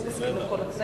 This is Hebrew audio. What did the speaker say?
אז הוא מסכים לכל התנאים,